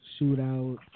shootout